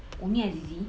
only azizi